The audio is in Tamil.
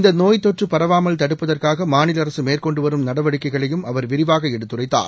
இந்தநோய் தொற்றுபரவாமல் தடுப்பதற்காகமாநிலஅரசுமேற்கொண்டுவரும் நடவடிக்கைகளையும் அவர் விரிவாகஎடுத்துரைத்தார்